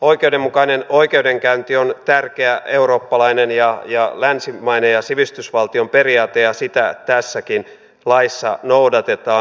oikeudenmukainen oikeudenkäynti on tärkeä eurooppalainen ja länsimainen sivistysvaltioperiaate ja sitä tässäkin laissa noudatetaan